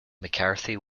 mccarthy